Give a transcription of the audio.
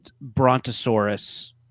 Brontosaurus